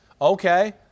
Okay